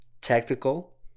technical